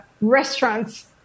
restaurants